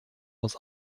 aus